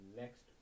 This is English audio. next